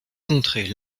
contrer